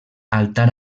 altar